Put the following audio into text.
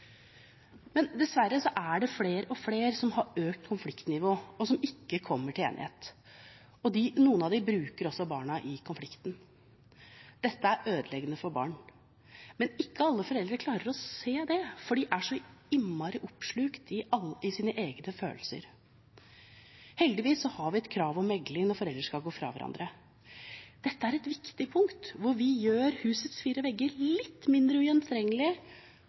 Men dessverre er det flere og flere som har økt konfliktnivå, og som ikke kommer til enighet, og noen av dem bruker også barna i konflikten. Dette er ødeleggende for barna, men ikke alle foreldre klarer å se det, for de er så innmari oppslukt av sine egne følelser. Heldigvis har vi et krav om megling når foreldre skal gå fra hverandre. Dette er et viktig punkt hvor vi gjør husets fire vegger litt mindre